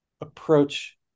approach